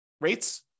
rates